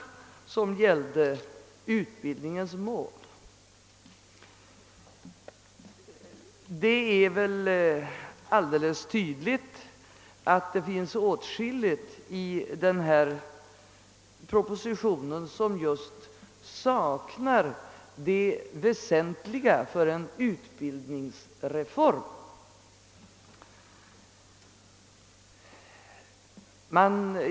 Det är väl alldeles tydligt att det finns åtskilligt i denna proposition som just saknar det väsentliga för en utbildningsreform.